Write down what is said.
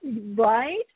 Right